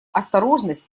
осторожность